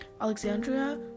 Alexandria